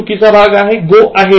चुकीचा भाग यात आहे go ahead